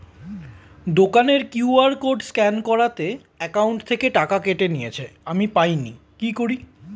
দোকানের QR code scan করাতে account থেকে টাকা কেটে নিয়েছে, আমি পাইনি কি করি?